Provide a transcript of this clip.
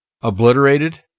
obliterated